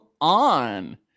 on